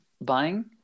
buying